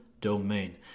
domain